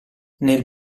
nel